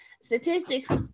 statistics